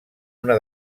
una